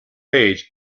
page